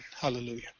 Hallelujah